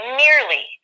nearly